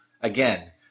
again